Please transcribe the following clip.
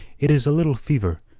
it is a little fever,